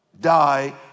die